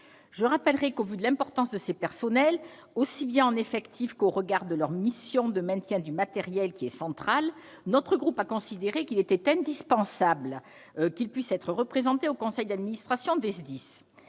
service. Eu égard à l'importance de ces personnels, aussi bien en effectifs qu'au regard de leur mission de maintien du matériel qui est centrale, notre groupe a considéré qu'il était indispensable qu'ils puissent être représentés au sein du conseil d'administration des SDIS.